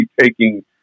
taking